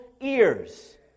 ears